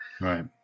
Right